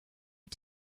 are